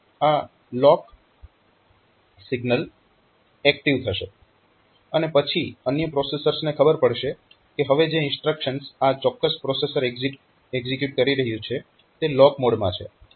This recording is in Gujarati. તો આ લોક સિગ્નલ એક્ટીવ થશે અને પછી અન્ય પ્રોસેસરને ખબર પડશે કે હવે જે ઇન્સ્ટ્રક્શન્સ આ ચોક્કસ પ્રોસેસર એક્ઝીક્યુટ કરી રહ્યું છે તે લોક મોડમાં છે